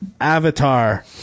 Avatar